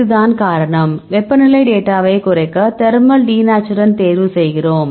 இதுதான் காரணம் வெப்பநிலை டேட்டாவை குறைக்க தெர்மல் டிநேச்சுரண்ட் தேர்வு செய்கிறோம்